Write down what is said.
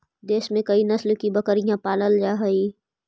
देश में कई नस्ल की बकरियाँ पालल जा हई